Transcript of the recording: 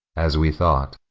as we thought.